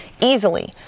easily